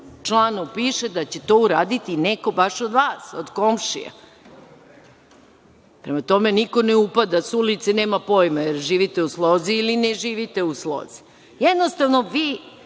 članu piše da će to uraditi neko baš od vas, od komšija. Prema tome, niko ne upada sa ulice, nema pojma jer živite u slozi ili ne živite u slozi. Jednostavno vi